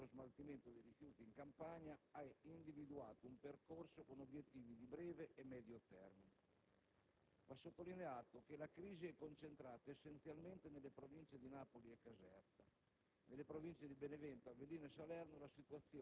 al fine di superare in modo definitivo il problema dello smaltimento dei rifiuti in Campania, ha individuato un percorso con obiettivi di breve e medio termine. Va sottolineato che la crisi è concentrata essenzialmente nelle province di Napoli e Caserta,